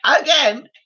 Again